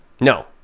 No